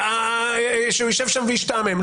שיישב שם וישתעמם.